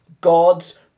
God's